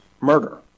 murder